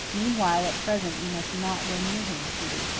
meanwhile, at present, you must not go near him, peter.